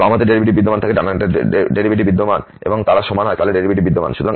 যদি বাম হাতের ডেরিভেটিভ বিদ্যমান থাকে ডান হাতের ডেরিভেটিভ বিদ্যমান এবং তারা সমান তাহলে ডেরিভেটিভ বিদ্যমান